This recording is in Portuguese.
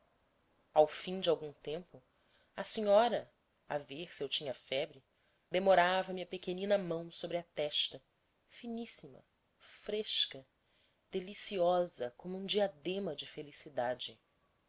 ao fim de algum tempo a senhora a ver se eu tinha febre demorava me a pequenina mão sobre a testa finíssima fresca deliciosa como um diadema de felicidade